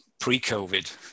pre-COVID